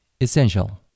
essential